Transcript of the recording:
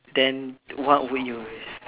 then what would you risk